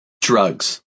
Drugs